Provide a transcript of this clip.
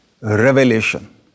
revelation